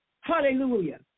Hallelujah